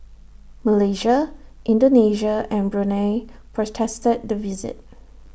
Malaysia Indonesia and Brunei protested the visit